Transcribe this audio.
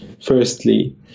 firstly